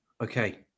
Okay